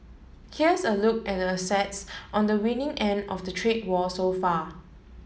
here's a look at the assets on the winning end of the trade war so far